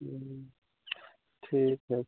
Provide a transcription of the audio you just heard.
ठीक है